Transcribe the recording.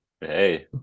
hey